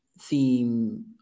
theme